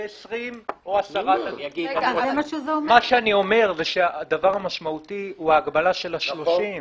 ו-20 או 10. מה שאני אומר שהדבר המשמעותי הוא ההגבלה של ה-30.